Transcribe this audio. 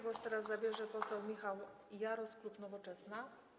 Głos teraz zabierze poseł Michał Jaros, klub Nowoczesna.